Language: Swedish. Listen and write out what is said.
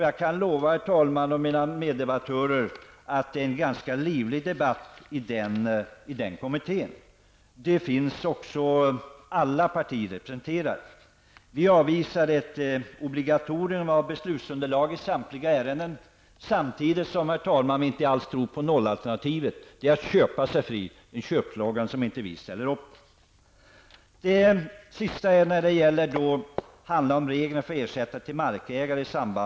Jag kan lova mina meddebattörer att det är en ganska livlig debatt i den kommittén, där alla partier finns representerade. Vi avvisar ett obligatorium vad beträffar beslutsunderlag i samtliga ärenden, samtidigt som vi inte alls tror på nollalternativet. Det är att köpa sig fri, en köpslagan som vi inte ställer upp på.